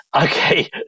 Okay